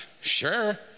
sure